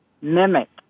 mimic